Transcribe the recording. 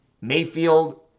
Mayfield